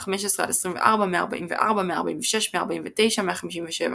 24-15, 144, 146, 149, 157